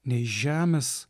nei iš žemės